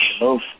move